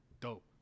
Dope